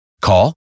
Call